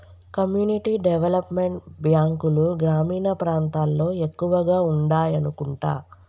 community development బ్యాంకులు గ్రామీణ ప్రాంతాల్లో ఎక్కువగా ఉండాయనుకుంటా